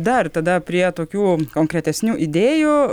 dar tada prie tokių konkretesnių idėjų